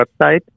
website